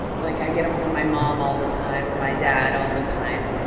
like i get em from my mom all the time, or my dad all the time,